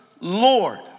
Lord